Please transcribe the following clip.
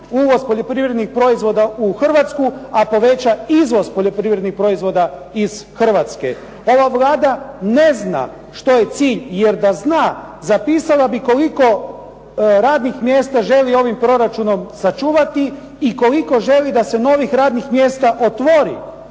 uvoz poljoprivrednih proizvoda u Hrvatsku, a poveća izvoz poljoprivrednih proizvoda iz Hrvatske. Ova Vlada ne zna što je cilj jer da zna zapisala bi koliko radnih mjesta želi ovim proračunom sačuvati i koliko želi da se novih radnih mjesta otvori,